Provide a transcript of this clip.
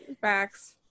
Facts